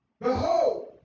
behold